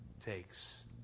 takes